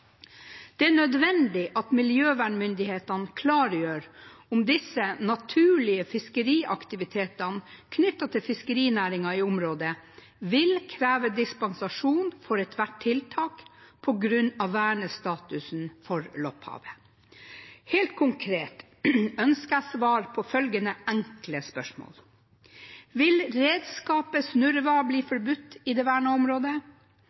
Det er nødvendig at miljøvernmyndighetene klargjør om de naturlige fiskeriaktivitetene knyttet til fiskerinæringen i området vil kreve dispensasjon for ethvert tiltak, på grunn av vernestatusen for Lopphavet. Helt konkret ønsker jeg svar på følgende enkle spørsmål: Vil redskapet snurrevad bli forbudt i det vernede området?